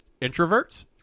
introverts